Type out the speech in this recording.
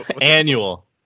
Annual